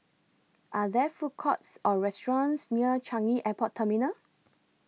Are There Food Courts Or restaurants near Changi Airport Terminal